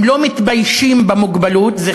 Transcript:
הם לא מתביישים במוגבלות שלהם,